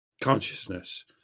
consciousness